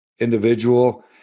individual